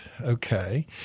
Okay